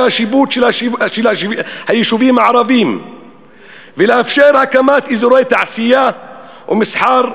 השיפוט של היישובים הערביים ולאפשר הקמת אזורי תעשייה ומסחר,